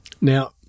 Now